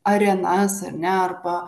arenas ar ne arba